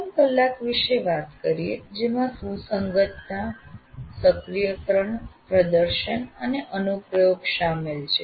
પ્રથમ કલાક વિષે વાત કરીએ જેમાં સુસંગતતા સક્રિયકરણ પ્રદર્શન અને અનુપ્રયોગ શામેલ છે